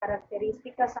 características